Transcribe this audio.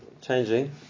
changing